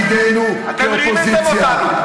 תפקידנו כאופוזיציה, אתם רימיתם אותנו.